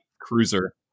cruiser